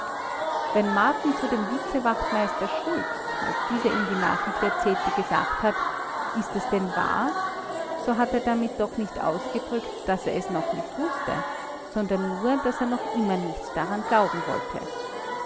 wenn marten zu dem vizewachtmeister schulz als dieser ihm die nachricht erzählte gesagt hat ist es denn wahr so hat er damit doch nicht ausgedrückt daß er es noch nicht wußte sondern nur daß er noch immer nicht daran glauben wollte